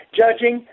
judging